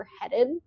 headed